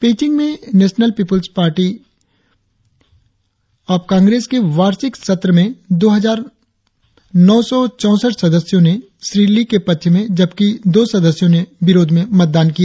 पेचिंग में national people's congress के वार्षिक सत्र में दो हजार नौ सौ चौसठ सदस्यों ने श्री ली के पक्ष में जबकि दो सदस्यों ने विरोध में मतदान किया